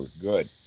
Good